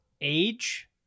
Age